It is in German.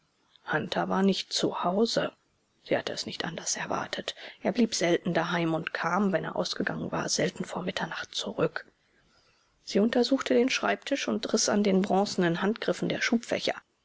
war nicht zu hause sie hatte es nicht anders erwartet er blieb selten daheim und kam wenn er ausgegangen war selten vor mitternacht zurück sie untersuchte den schreibtisch und riß an den bronzenen handgriffen der schubfächer